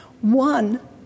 One